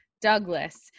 Douglas